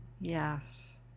Yes